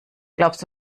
glaubst